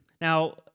Now